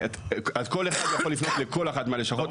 כל אחד יכול לפנות לכל אחת מהלשכות.